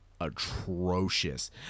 atrocious